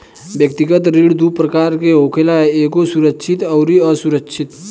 व्यक्तिगत ऋण दू प्रकार के होखेला एगो सुरक्षित अउरी असुरक्षित